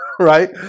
Right